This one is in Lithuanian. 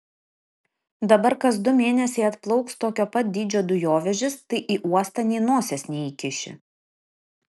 dabar kas du mėnesiai atplauks tokio pat dydžio dujovežis tai į uostą nė nosies neįkiši